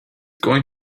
going